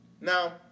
Now